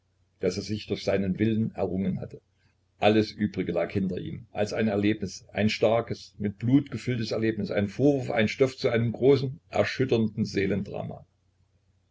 das er sich durch seinen willen errungen hatte alles übrige lag hinter ihm als ein erlebnis ein starkes mit blut gefülltes erlebnis ein vorwurf ein stoff zu einem großen erschütternden